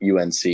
UNC